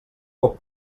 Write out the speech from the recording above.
com